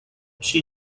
she